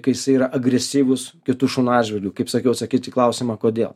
kai jisai yra agresyvus kitų šunų atžvilgiu kaip sakiau atsakyt į klausimą kodėl